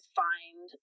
find